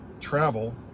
travel